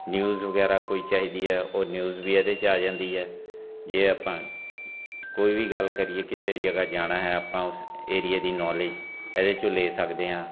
news ਵਗੈਰਾ ਕੋਈ ਚਾਹੀਦੀ ਹੈ ਉਹ ਨਿਊਜ਼ ਵੀ ਇਹਦੇ 'ਚ ਆ ਜਾਂਦੀ ਹੈ ਜੇ ਆਪਾਂ ਕੋਈ ਵੀ ਗੱਲ ਕਰੀਏ ਕਿਸੇ ਜਗ੍ਹਾ ਜਾਣਾ ਹੈ ਆਪਾਂ ਉਸ ਏਰੀਏ ਦੀ ਨੋਲੇਜ ਇਹਦੇ 'ਚੋਂ ਲੈ ਸਕਦੇ ਹਾਂ